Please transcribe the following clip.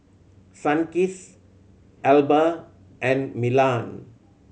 Sunkist Alba and Milan